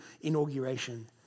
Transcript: inauguration